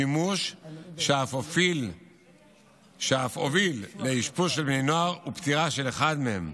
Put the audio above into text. שימוש שאף הוביל לאשפוז בני נוער ופטירה של אחד מהם.